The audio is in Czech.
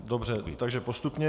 Dobře, takže postupně.